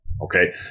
Okay